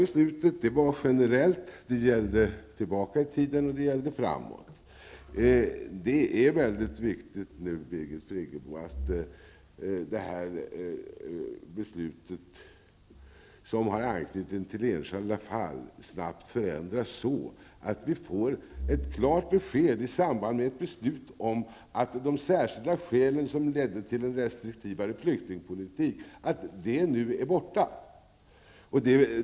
Beslutet var generellt. Det gällde tillbaka i tiden, och det gällde framåt. Det är väldigt viktigt nu, Birgit Friggebo, att det beslutet, som har anknytning till enskilda fall, snabbt förändras så att vi får ett klart besked om att de särskilda skälen som ledde till en restriktivare flyktingpolitik nu är borta.